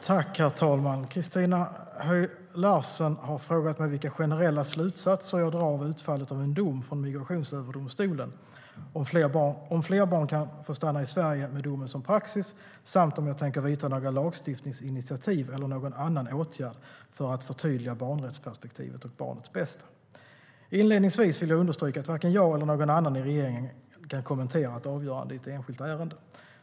Herr talman! Christina Höj Larsen har frågat mig vilka generella slutsatser jag drar av utfallet av en dom från Migrationsöverdomstolen, om fler barn kan få stanna i Sverige med domen som praxis samt om jag tänker ta några lagstiftningsinitiativ eller vidta någon annan åtgärd för att förtydliga barnrättsperspektivet och barnets bästa. Inledningsvis vill jag understryka att varken jag eller någon annan i regeringen kan kommentera ett avgörande i ett enskilt ärende.